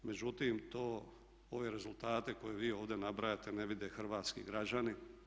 Međutim to, ove rezultate koje vi ovdje nabrajate, ne vide hrvatski građani.